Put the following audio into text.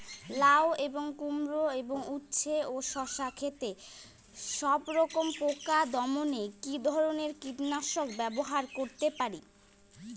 লাউ এবং কুমড়ো এবং উচ্ছে ও শসা ক্ষেতে সবরকম পোকা দমনে কী ধরনের কীটনাশক ব্যবহার করতে পারি?